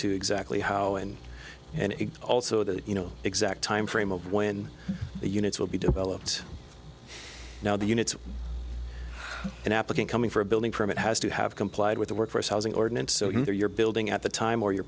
to exactly how and and also that you know exact time frame of when the units will be developed now the units an applicant coming for a building permit has to have complied with the workforce housing ordinance so you are you're building at the time or you